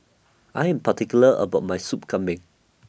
I Am particular about My Sup Kambing